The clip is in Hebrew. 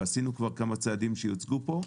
ועשינו כבר כמה צעדים שיוצגו פה,